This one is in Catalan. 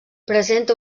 presenta